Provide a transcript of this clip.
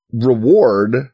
reward